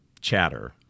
chatter